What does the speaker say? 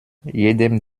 jedem